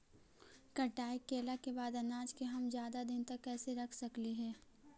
कटाई कैला के बाद अनाज के हम ज्यादा दिन तक कैसे रख सकली हे?